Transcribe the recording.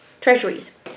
treasuries